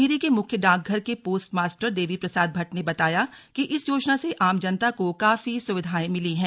टिहरी के मुख्य डाकघर के पोस्ट मास्टर देवी प्रसाद भट्ट ने बताया कि इस योजना से आम जनता को काफी सुवधाएं मिली हैं